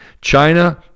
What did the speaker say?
China